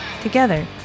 Together